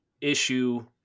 issue